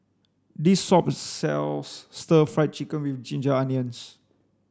this shop sells stir fry chicken with ginger onions